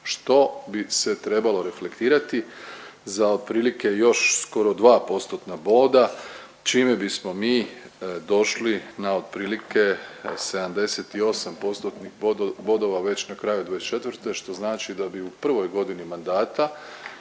što bi se trebalo reflektirati za otprilike još skoro 2 postotna boda, čime bismo mi došli na otprilike 78 postotnih bodova već na kraju '24., što znači da bi u prvoj godini mandata